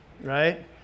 right